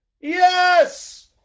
Yes